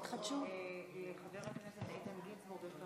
ביטול הטיסות לארץ וסגירת